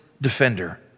defender